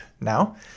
now